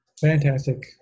Fantastic